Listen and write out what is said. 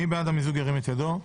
מי בעד המיזוג, ירים את ידו.